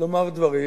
לומר דברים